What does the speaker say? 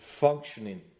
functioning